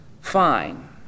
fine